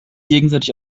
gegenseitig